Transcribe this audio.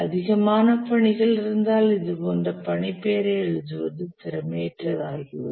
அதிகமான பணிகள் இருந்தால் இது போன்ற பணி பெயரை எழுதுவது திறமையற்றதாகிவிடும்